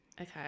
okay